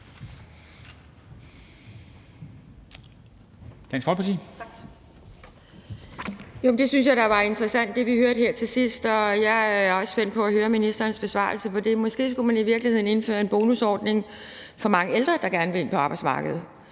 synes jeg da var interessant, og jeg er også spændt på at høre ministerens besvarelse på det. Måske skulle man i virkeligheden indføre en bonusordning for mange ældre, der gerne vil ind på arbejdsmarkedet,